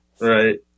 right